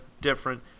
different